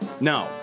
No